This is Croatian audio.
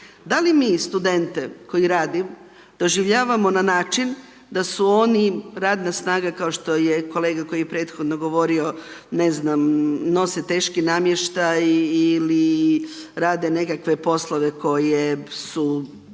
da li mi studente koji rade doživljavamo na način da su oni radna snaga kao što je kolega koji je prethodno govorio nose teški namještaj ili rade nekakve poslove koji su